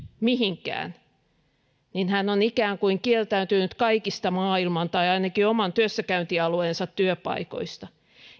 mihinkään hän on ikään kuin kieltäytynyt kaikista maailman tai ainakin oman työssäkäyntialueensa työpaikoista